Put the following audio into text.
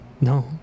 No